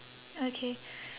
okay